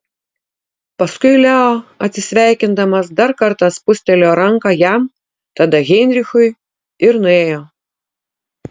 paskui leo atsisveikindamas dar kartą spustelėjo ranką jam tada heinrichui ir nuėjo